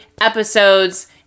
episodes